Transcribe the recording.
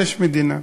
יש מדינה.